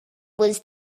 was